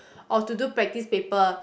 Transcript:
or to do practice paper